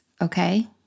okay